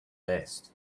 vest